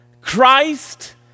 Christ